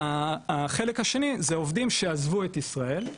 והחלק השני זה עובדים שעזבו את ישראל,